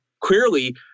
clearly